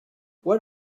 what